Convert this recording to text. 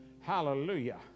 Hallelujah